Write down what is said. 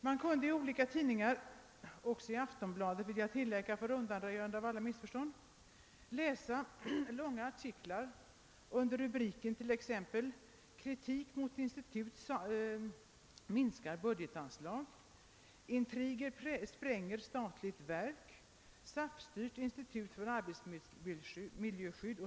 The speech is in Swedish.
Man kunde då läsa i olika tidningar — även i Aftonbladet vill jag tillägga för att undanröja alla missförstånd — långa artiklar under rubriker sådana som t.ex. »Kritik mot institut minskar budgetanslag«, »Intriger spränger statligt verk« eller »SAF-styrt institut för arbetsmiljöskydd«.